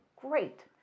great